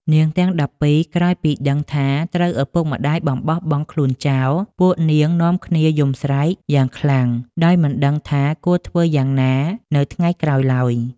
នាងទាំង១២ក្រោយពីដឹងថាត្រូវឪពុកម្តាយបំបោះបង់ខ្លួនចោល ពួកនាងនាំគ្នាយំស្រែកយ៉ាងខ្លាំងដោយមិនដឹងថាគួរធ្វើយ៉ាងណានៅថ្ងៃក្រោយឡើយ។